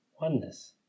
oneness